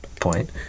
point